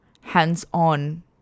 hands-on